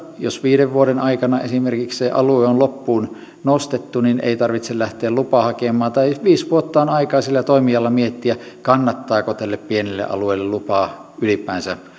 jos viiden vuoden aikana esimerkiksi se alue on loppuun nostettu ei tarvitse lähteä lupaa hakemaan tai viisi vuotta on aikaa sillä toimijalla miettiä kannattaako tälle pienelle alueelle lupaa ylipäänsä